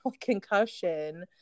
concussion